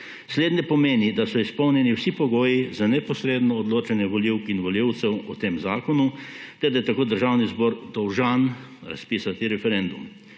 Slednje pomeni, da so izpolnjeni vsi pogoji za neposredno odločanje volivk in volivcev o tem zakonu ter da je tako Državni zbor dolžan razpisati referendum.